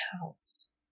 house